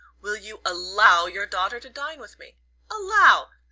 will you allow your daughter to dine with me allow!